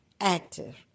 active